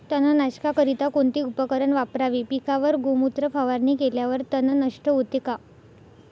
तणनाशकाकरिता कोणते उपकरण वापरावे? पिकावर गोमूत्र फवारणी केल्यावर तण नष्ट होते का?